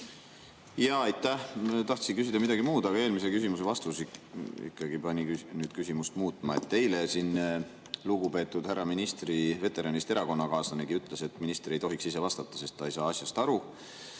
Aitäh! Tahtsin küsida midagi muud, aga eelmise küsimuse vastus ikkagi pani küsimust muutma. Eile siin lugupeetud härra ministri veteranist erakonnakaaslanegi ütles, et minister ei tohiks ise vastata, sest ta ei saa asjast aru.